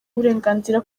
uburenganzira